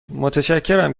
متشکرم